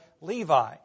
Levi